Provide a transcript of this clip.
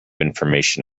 information